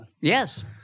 Yes